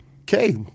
Okay